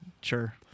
sure